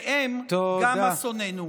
והם גם אסוננו.